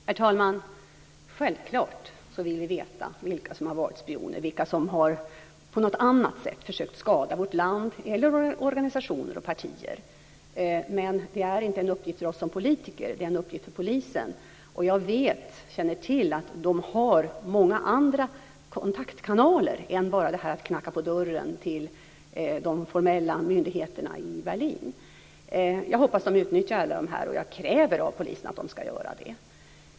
Herr talman! Självklart vill vi veta vilka som har varit spioner och som på något annat sätt har försökt skada vårt land eller organisationer och partier. Men det är inte en uppgift för oss som politiker. Det är en uppgift för polisen. Och jag vet att polisen har många andra kontaktkanaler. Man knackar inte bara på dörren till de formella myndigheterna i Berlin. Jag hoppas att polisen utnyttjar alla de här kanalerna, och jag kräver av polisen att man ska göra det.